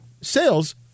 sales